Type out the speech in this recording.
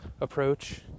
approach